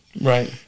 Right